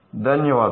ధన్యవాదాలు